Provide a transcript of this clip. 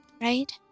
right